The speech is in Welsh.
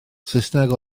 saesneg